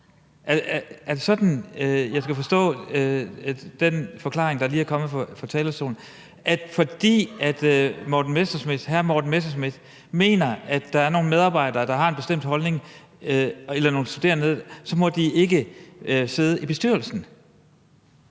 talerstolen – at fordi hr. Morten Messerschmidt mener, at der er nogle medarbejdere eller nogle studerende, der har en bestemt holdning, må de ikke sidde i bestyrelsen?